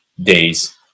days